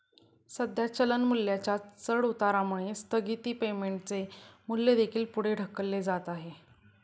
सध्या चलन मूल्याच्या चढउतारामुळे स्थगित पेमेंटचे मूल्य देखील पुढे ढकलले जात आहे